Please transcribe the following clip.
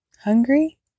Hungry